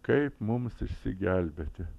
kaip mums išsigelbėti